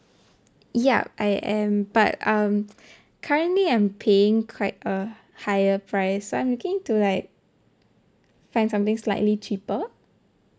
ya I am but um currently I'm paying quite a higher price so I'm looking to like find something slightly cheaper